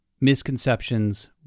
misconceptions